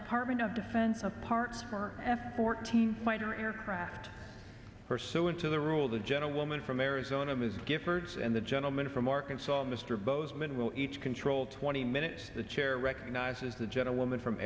department of defense of parts for f fourteen fighter aircraft pursuant to the rule of the gentlewoman from arizona ms giffords and the gentleman from arkansas mr bozeman will each control twenty minutes the chair recognizes the gentlewoman from